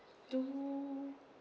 two